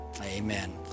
Amen